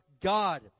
God